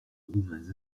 roumains